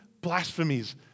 blasphemies